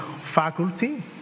faculty